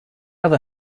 other